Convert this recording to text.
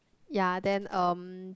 ya then um